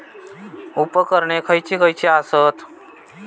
उपकरणे खैयची खैयची आसत?